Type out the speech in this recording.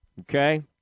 Okay